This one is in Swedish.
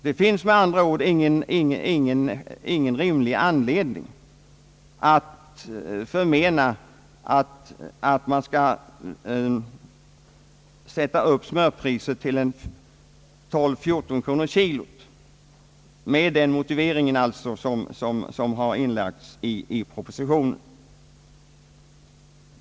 Det finns med andra ord ingen rimlig anledning att sätta smörpriset vid 12 å 14 kronor per kilogram med den motivering som har gjorts i jordbruksutredningen och i propositionen.